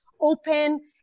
open